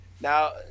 Now